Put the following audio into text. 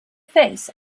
face